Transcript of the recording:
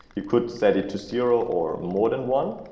you could set it to zero or more than one.